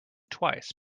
twice